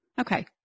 Okay